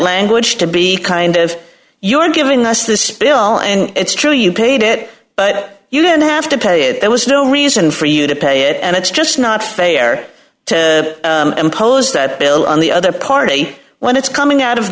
language to be kind of you're giving us the spill and it's true you paid it but you didn't have to pay it there was no reason for you to pay it and it's just not fair to impose that bill on the other party when it's coming out of